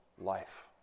life